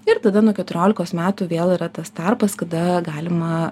ir tada nuo keturiolikos metų vėl yra tas tarpas kada galima